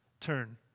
turn